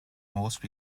most